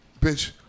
Bitch